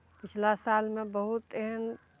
पिछला सालमे बहुत एहन